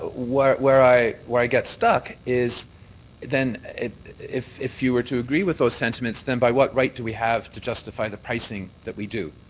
where i where i get stuck is then if if you were to degree with those sentiments, then by what right do we have to justify the pricing that we do?